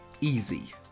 easy